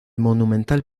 monumental